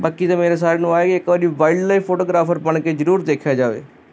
ਬਾਕੀ ਤਾਂ ਮੇਰੇ ਸਾਰੇ ਨੂੰ ਆਏਈ ਇੱਕ ਵਾਰੀ ਵਲਡ ਲਾਈਫ ਫੋਟੋਗਰਾਫਰ ਬਣ ਕੇ ਜ਼ਰੂਰ ਦੇਖਿਆ ਜਾਵੇ